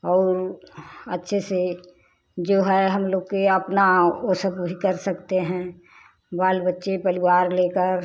और अच्छे से जो है हम लोग के अपना वो सब वही कर सकते हैं बाल बच्चे परिवार लेकर